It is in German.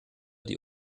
die